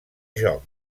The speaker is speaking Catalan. joc